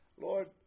Lord